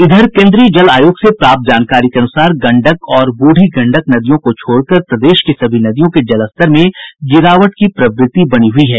इधर केन्द्रीय जल आयोग से प्राप्त जानकारी के अनुसार गंडक और बूढ़ी गंडक नदियों को छोड़कर प्रदेश की सभी नदियों के जलस्तर में गिरावट की प्रवृत्ति बनी हुई है